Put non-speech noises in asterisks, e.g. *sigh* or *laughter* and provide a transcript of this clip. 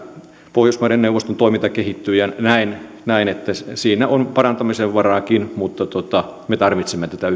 pohjoismaiden neuvoston toiminta kehittyy näen näen että siinä on parantamisen varaakin mutta me tarvitsemme tätä *unintelligible*